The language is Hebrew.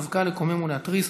דווקא לקומם ולהתריס,